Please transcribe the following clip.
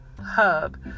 hub